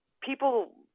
People